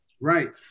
Right